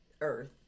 Earth